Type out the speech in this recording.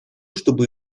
чтобы